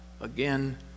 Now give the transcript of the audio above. again